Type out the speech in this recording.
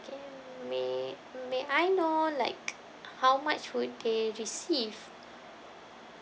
okay may may I know like how much would they receive